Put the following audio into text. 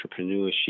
entrepreneurship